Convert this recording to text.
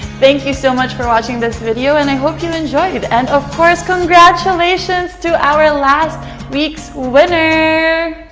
thank you so much for watching this video and i hope you enjoyed. and of course congratulations to our last week's winner.